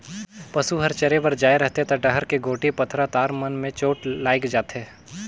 पसू हर चरे बर जाये रहथे त डहर के गोटी, पथरा, तार मन में चोट लायग जाथे